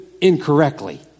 Incorrectly